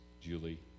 Julie